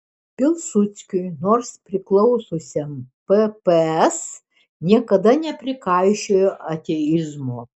pilsudskiui nors priklausiusiam pps niekada neprikaišiojo ateizmo